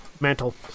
mantle